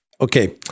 Okay